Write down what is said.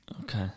Okay